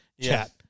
chat